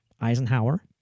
Eisenhower